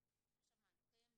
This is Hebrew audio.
אף אחד לא עולה לכביש בשביל להתאבד,